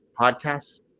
podcasts